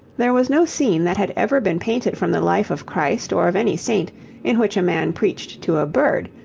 there was no scene that had ever been painted from the life of christ or of any saint in which a man preached to a bird,